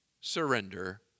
surrender